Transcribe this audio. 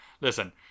Listen